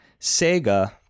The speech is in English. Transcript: Sega